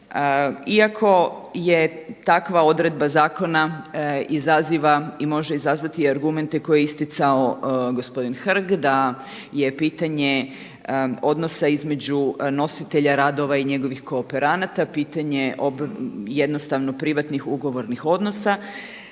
Iako je takva odredba zakona izaziva i može izazvati argumente koje je isticao gospodin Hrg da je pitanje odnosa između nositelja radova i njegovih kooperanata pitanje jednostavno privatnih ugovornih odnosa.